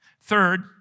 Third